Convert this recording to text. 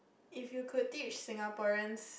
if you could teach Singaporeans